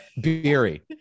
Beery